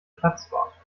platzwart